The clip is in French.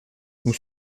nous